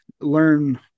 learn